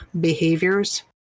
behaviors